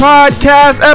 Podcast